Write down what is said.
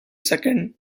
second